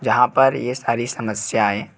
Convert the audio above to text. जहाँ पर यह सारी समस्याऍं